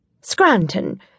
Scranton